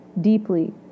deeply